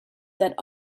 that